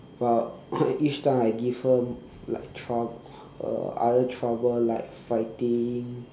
but each time I give her like trou~ uh other trouble like fighting